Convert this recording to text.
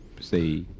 Say